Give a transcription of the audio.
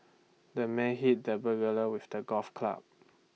the man hit the burglar with A golf club